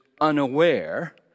unaware